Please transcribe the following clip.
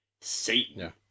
Satan